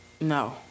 No